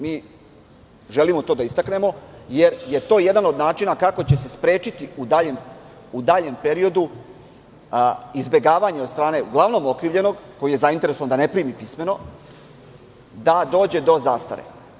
Miželimo to da istaknemo jer je to jedan od načina kako će se sprečiti u daljem periodu izbegavanje od strane uglavnom okrivljenog, koji je zainteresovan da ne primi pismeno, da dođe do zastare.